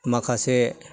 माखासे